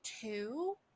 two